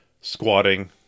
squatting